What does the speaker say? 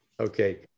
Okay